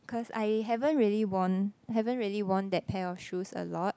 cause I haven't really worn haven't really worn that pair of shoes a lot